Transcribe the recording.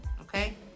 okay